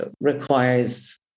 requires